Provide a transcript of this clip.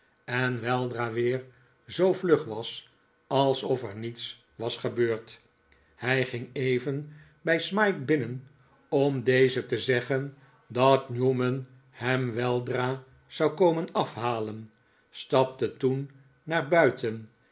en weldra weer zoo vlug was alsof er niets was gebeurd hij ging even bij smike binnen om dezen te zeggen dat newman hem weldra zou komen afhalen stapte toen naar buiten